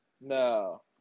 No